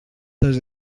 tots